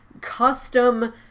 custom